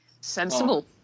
Sensible